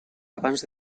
abans